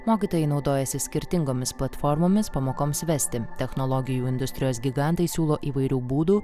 mokytojai naudojasi skirtingomis platformomis pamokoms vesti technologijų industrijos gigantai siūlo įvairių būdų